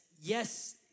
yes